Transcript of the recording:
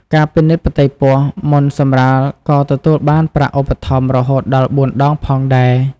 ការពិនិត្យផ្ទៃពោះមុនសម្រាលក៏ទទួលបានប្រាក់ឧបត្ថម្ភរហូតដល់៤ដងផងដែរ។